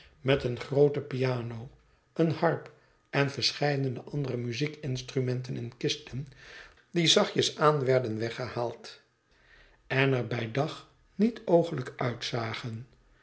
met eene groote piano eene harp en verscheidene andere muziekinstrumenten in kisten die zachtjes aan werden weggehaald en er bij dag niet ooglijk uitzagen